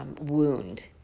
wound